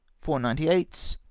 four ninety eight